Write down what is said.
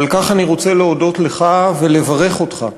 ועל כך אני רוצה להודות לך ולברך אותך.